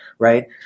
Right